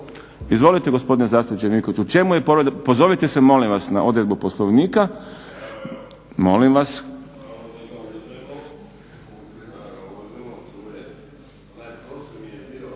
Izvolite gospodine zastupniče Vinkoviću. U čemu je povreda, pozovite se molim vas na odredbu Poslovnika. Molim vas.